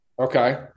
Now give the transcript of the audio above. okay